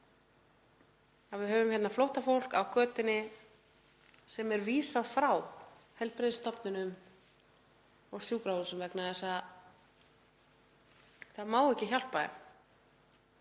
að við höfum hérna flóttafólk á götunni sem er vísað frá heilbrigðisstofnunum og sjúkrahúsum vegna þess að það má ekki hjálpa því?